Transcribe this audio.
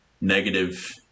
negative